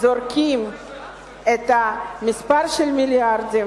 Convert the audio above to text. זורקים את המספר של מיליארדים,